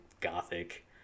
gothic